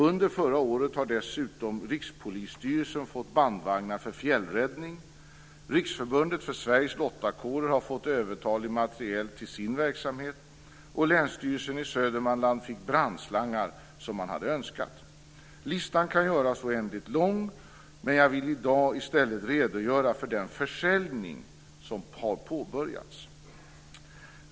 Under förra året har dessutom Rikspolisstyrelsen fått bandvagnar för fjällräddning, Riksförbundet Sveriges Lottakårer har fått övertalig materiel till sin verksamhet och Länsstyrelsen i Södermanland fick brandslangar, som man hade önskat. Listan kan göras oändligt lång, men jag vill i dag i stället redogöra för den försäljning som har påbörjats.